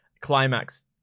climax